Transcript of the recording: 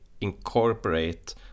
incorporate